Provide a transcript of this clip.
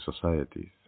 societies